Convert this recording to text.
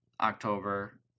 October